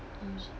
mm